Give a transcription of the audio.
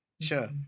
Sure